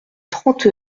trente